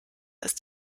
ist